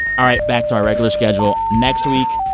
all right. back to our regular schedule next week.